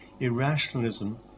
irrationalism